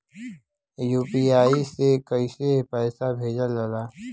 UPI से कइसे पैसा भेजल जाला?